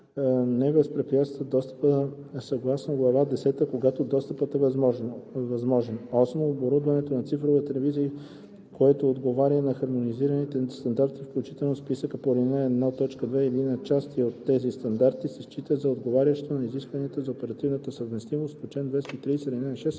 не възпрепятства достъпа съгласно глава десета, когато достъпът е възможен. (8) Оборудването за цифрова телевизия, което отговаря на хармонизираните стандарти, включени в списъка по ал. 1, т. 2, или на части от тези стандарти, се счита за отговарящо на изискванията за оперативна съвместимост по чл. 230,